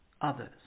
others